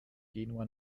genua